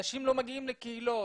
אנשים לא מגיעים לקהילות?